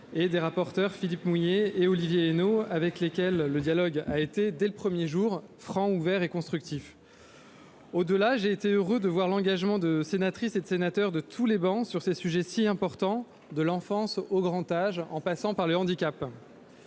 et des rapporteurs Philippe Mouiller et Olivier Henno, avec lesquels le dialogue a été, dès le premier jour, franc, ouvert et constructif. Au-delà, j'ai été heureux de constater l'engagement, sur ces sujets si importants, de l'enfance au grand âge, en passant par le handicap,